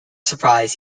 surprise